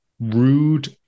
rude